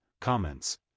Comments